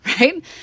right